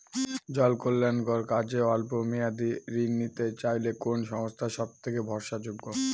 জনকল্যাণকর কাজে অল্প মেয়াদী ঋণ নিতে চাইলে কোন সংস্থা সবথেকে ভরসাযোগ্য?